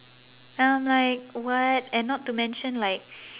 and I'm like what and not to mention like